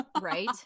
right